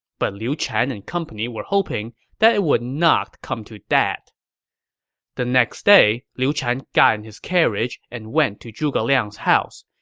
but liu chan and company were hoping it would not come to that the next day, liu chan got in his carriage and went to zhuge liang's house.